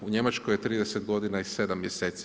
U Njemačkoj je 30 godina i 7 mjeseci.